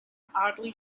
oddly